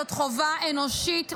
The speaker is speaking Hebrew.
זאת חובה אנושית,